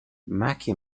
mackie